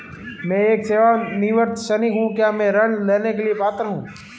मैं एक सेवानिवृत्त सैनिक हूँ क्या मैं ऋण लेने के लिए पात्र हूँ?